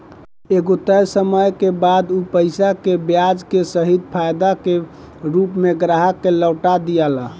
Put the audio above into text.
एगो तय समय के बाद उ पईसा के ब्याज के सहित फायदा के रूप में ग्राहक के लौटा दियाला